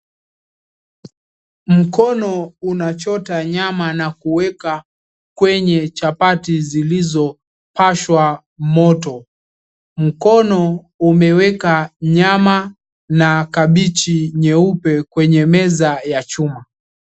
Mkono unachota nyama na kuwekwa kwenye chapati zilizopashwa moto. Mkono umeweka nyama na kabichi nyeupe kwenye meza ya chuma.